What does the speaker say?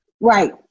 Right